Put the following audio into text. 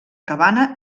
cabana